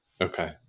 okay